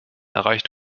erreicht